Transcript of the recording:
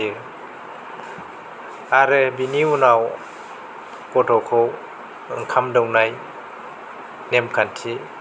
आरो बिनि उनाव गथ'खौ ओंखाम दौनाय नेमखान्थि फालिनाय जायो